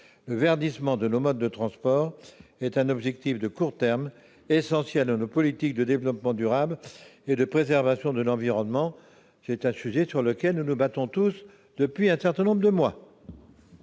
Le verdissement de nos modes de transport est un objectif de court terme, essentiel à nos politiques de développement durable et de préservation de l'environnement. C'est un sujet sur lequel nous nous battons tous depuis un certain nombre de mois.